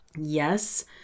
Yes